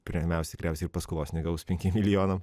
pirmiausia tikriausiai ir paskolos negaus penkiem milijonam